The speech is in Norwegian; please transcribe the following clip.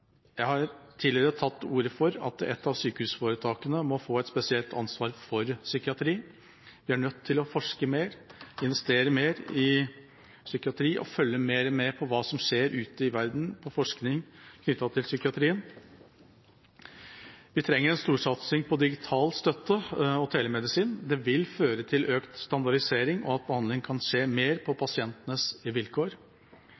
Jeg har tidligere tatt til orde for at et av sykehusforetakene må få et spesielt ansvar for psykiatri. Vi er nødt til å forske mer og investere mer i psykiatri og følge mer med på hva som skjer ute i verden på forskning knyttet til psykiatrien. Vi trenger en storsatsing på digital støtte og telemedisin. Det vil føre til økt standardisering og at behandling kan skje mer på